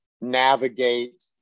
navigate